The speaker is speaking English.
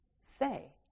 say